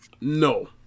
No